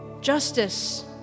justice